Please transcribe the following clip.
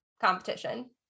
competition